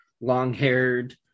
long-haired